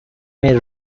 may